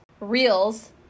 reels